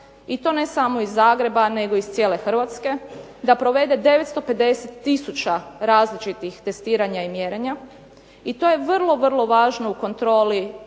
i to ne samo iz Zagreba, nego iz cijele Hrvatske, da provede 950 tisuća različitih testiranja i mjerenja i to je vrlo, vrlo važno u kontroli